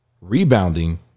Rebounding